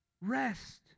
Rest